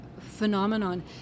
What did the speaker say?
phenomenon